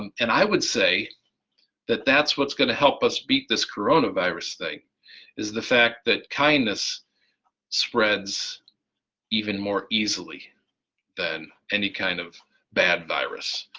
um and i would say that that's what's going to help us beat this coronavirus thing is the fact that kindness spreads even more easily than any kind of bad virus,